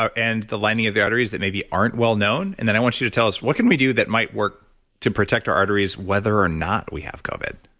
and the lining of the arteries that maybe aren't well-known? and then, i want you to tell us, what can we do that might work to protect arteries whether or not we have covid?